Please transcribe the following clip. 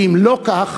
שאם לא כך,